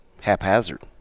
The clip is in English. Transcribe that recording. haphazard